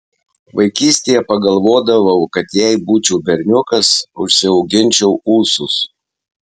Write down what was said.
vaikystėje pagalvodavau kad jei būčiau berniukas užsiauginčiau ūsus